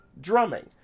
drumming